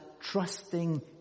trusting